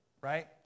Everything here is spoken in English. right